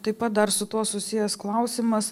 taip pat dar su tuo susijęs klausimas